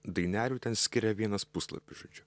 dainelių ten skiria vienas puslapis žodžiu